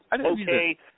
okay